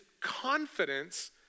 confidence